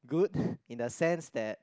good in the sense that